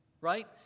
Right